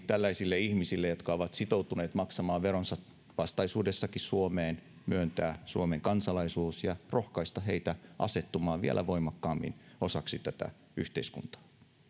tällaisille ihmisille jotka ovat sitoutuneet maksamaan veronsa vastaisuudessakin suomeen myöntää suomen kansalaisuus ja rohkaista heitä asettumaan vielä voimakkaammin osaksi tätä yhteiskuntaa